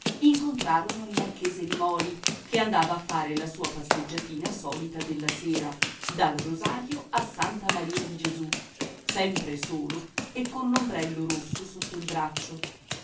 incontrarono il marchese limòli che andava a fare la sua passeggiatina solita della sera dal rosario a santa maria di gesù sempre solo e con l'ombrello rosso sotto il braccio